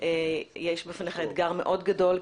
יש בפניך אתגר מאוד גדול,